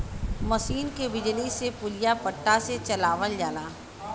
मसीन के बिजली से पुलिया पट्टा से चलावल जाला